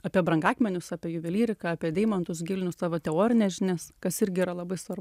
apie brangakmenius apie juvelyriką apie deimantus gilinu savo teorines žinias kas irgi yra labai svarbu